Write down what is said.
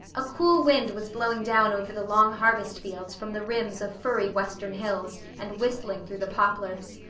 a cool wind was blowing down over the long harvest fields from the rims of firry western hills and whistling through the poplars.